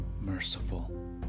merciful